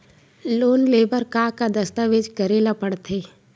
Loan ले बर का का दस्तावेज करेला पड़थे?